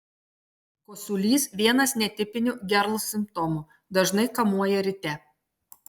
kosulys vienas netipinių gerl simptomų dažnai kamuoja ryte